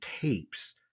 tapes